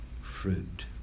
fruit